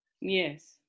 Yes